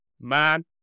man